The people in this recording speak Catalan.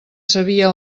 sabia